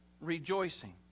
rejoicing